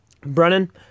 Brennan